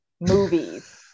movies